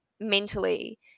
mentally